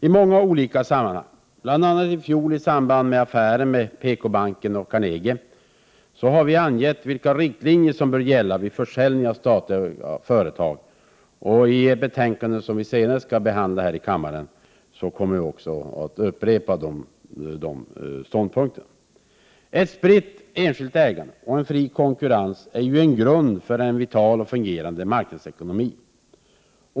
I många olika sammanhang — bl.a. i fjol i samband med affären mellan PKbanken och Carnegie — har vi angett vilka riktlinjer som bör gälla vid försäljning av statliga företag. I ett betänkande som kommer att behandlas senare här i kammaren har vi upprepat de ståndpunkterna. Ett spritt enskilt ägande och en fri konkurrens är grunden för en vital och fungerande marknadsekonomi.